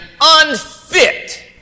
unfit